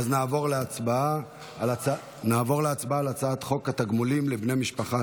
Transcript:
נעבור להצבעה על הצעת חוק התגמולים לבני משפחה